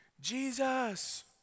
Jesus